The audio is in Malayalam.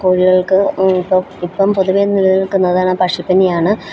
കോഴികൾക്ക് ഇപ്പോള് ഇപ്പോള് പൊതുവേ നിലനിൽക്കുന്നത് പക്ഷിപ്പനിയാണ്